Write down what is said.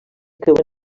creuen